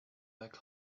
back